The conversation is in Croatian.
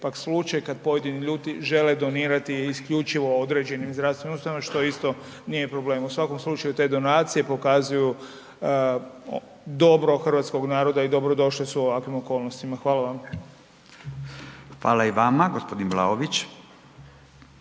pak slučaj kad pojedini ljudi žele donirati isključivo određenim zdravstvenim ustanovama što isto nije problem. U svakom slučaju te donacije pokazuju dobro hrvatskog naroda i dobro došle su u ovakvim okolnostima. Hvala vam. **Radin, Furio